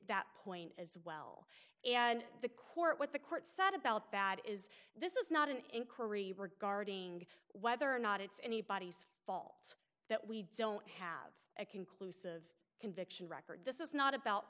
that point as well and the court what the court said about that is this is not an inquiry regarding whether or not it's anybody's fault that we don't have a conclusive conviction record this is not about